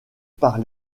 par